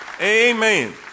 Amen